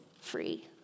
free